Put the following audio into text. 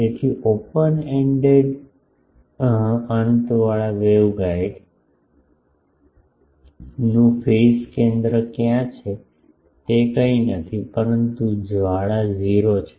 તેથી open ended અંતવાળા વેવગાઇડનું ફેઝ કેન્દ્ર ક્યાં છે જે કંઈ નથી પરંતુ જ્વાળા 0 છે